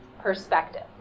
perspective